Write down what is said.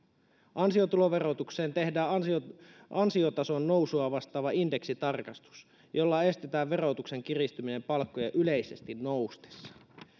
ansiotuloverotukseen tehdään ansiotason ansiotason nousua vastaava indeksitarkistus jolla estetään verotuksen kiristyminen palkkojen yleisesti noustessa